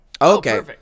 Okay